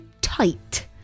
tight